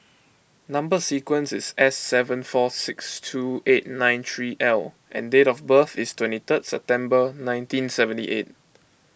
Number Sequence is S seven four six two eight nine three L and date of birth is twenty third September nineteen seventy eight